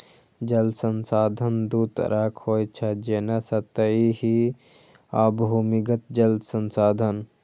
जल संसाधन दू तरहक होइ छै, जेना सतही आ भूमिगत जल संसाधन